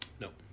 Nope